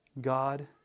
God